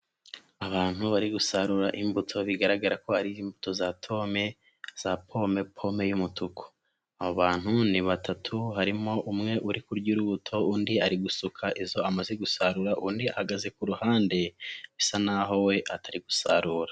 Abantu bari gusarura imbuto bigaragara ko ari imbuto za tome, za pome pome y'umutuku. Abo bantu ni batatu harimo umwe uri kurya urubuto undi ari gusuka izo amaze gusarura undi ahagaze ku ruhande, bisa naho we atari gusarura.